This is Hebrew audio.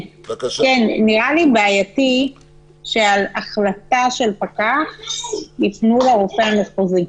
נראה לי בעייתי שעל החלטה של פקח יפנו לרופא המחוזי.